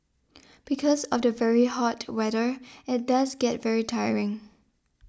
because of the very hot weather it does get very tiring